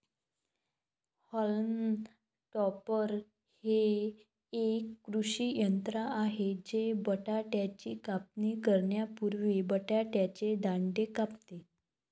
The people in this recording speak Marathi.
हॉल्म टॉपर हे एक कृषी यंत्र आहे जे बटाट्याची कापणी करण्यापूर्वी बटाट्याचे दांडे कापते